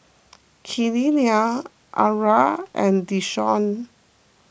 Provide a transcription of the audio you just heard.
Kenia Arra and Deshawn